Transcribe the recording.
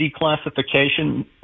declassification